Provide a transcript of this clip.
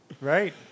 Right